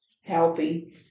helping